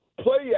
play